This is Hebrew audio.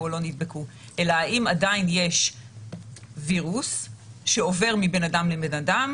או לא נדבקו אלא האם עדיין יש וירוס שעובר מבן אדם לבן אדם,